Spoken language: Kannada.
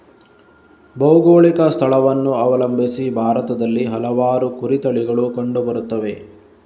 ಭೌಗೋಳಿಕ ಸ್ಥಳವನ್ನು ಅವಲಂಬಿಸಿ ಭಾರತದಲ್ಲಿ ಹಲವಾರು ಕುರಿ ತಳಿಗಳು ಕಂಡು ಬರುತ್ತವೆ